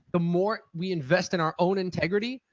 the more we invest in our own integrity,